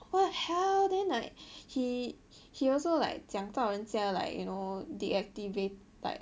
what the hell then like he he also like 讲到人家 like you know deactivate like